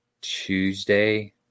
Tuesday